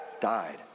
died